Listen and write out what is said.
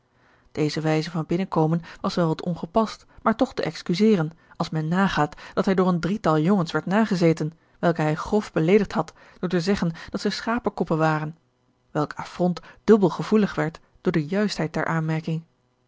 deze wijze van binnenkomen was wel wat ongepast maar toch te excuseren als men nagaat dat hij door een drietal jongens werd nagezeten welke hij grof beleedigd had door te zeggen dat zij schapenkoppen waren welk affront dubbel gevoelig werd door de juistheid der aanmerking